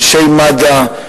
אנשי מד"א,